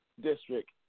District